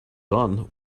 done